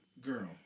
Girl